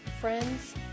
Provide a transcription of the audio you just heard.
friends